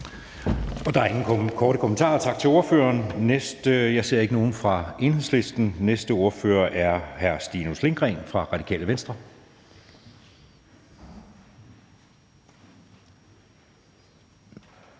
Der er ingen korte bemærkninger. Tak til ordføreren. Jeg ser ikke nogen ordfører fra Enhedslisten, så den næste ordfører er hr. Stinus Lindgreen fra Radikale Venstre. Kl.